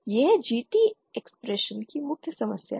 यह GT expression की मुख्य समस्या है